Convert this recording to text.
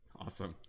awesome